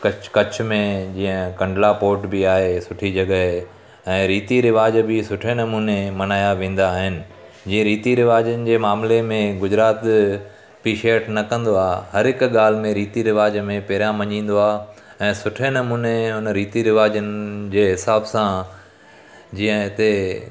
कच्छ कच्छ में जीअं कंडला पोर्ट बि आहे सुठी जॻह ऐं रीति रिवाज बि सुठे नमूने मल्हाया वेंदा आहिनि जीअं रीति रिवाजनि जे मामले में गुजरात ऐप्रिशेअट न कंदो आहे हर हिक ॻाल्हि में रीति रिवाज में पहिरियां मञींदो आहे ऐं सुठे नमूने हुन रीति रिवाजनि जे हिसाब सां जीअं हिते